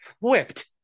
whipped